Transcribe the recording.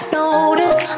notice